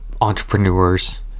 entrepreneurs